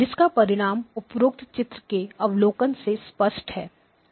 जिसका परिणाम उपरोक्त चित्र के अवलोकन से स्पष्ट है